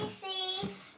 see